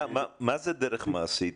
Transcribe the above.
מה זה דרך מעשית?